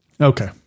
okay